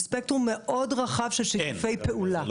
יש ספקטרום מאוד רחב של שיתופי פעולה.